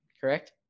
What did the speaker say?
correct